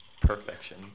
Perfection